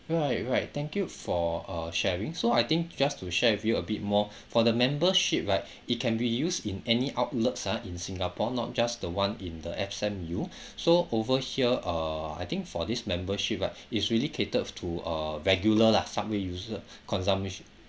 right right thank you for uh sharing so I think just to share with you a bit more for the membership right it can be used in any outlets ah in singapore not just the one in the S_M_U so over here uh I think for this membership right is really catered to uh regular lah subway user consumption